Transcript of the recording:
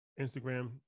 Instagram